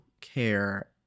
care